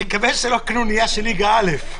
נקווה שזאת לא קנוניה של ליגה א'.